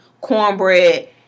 cornbread